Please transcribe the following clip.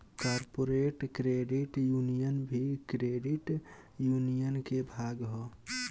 corporate credit union भी credit union के भाग ह